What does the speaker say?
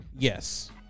Yes